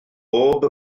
bob